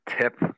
tip